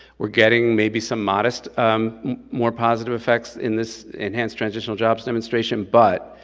we're getting maybe some modest more positive effects in this enhanced transitional jobs demonstration, but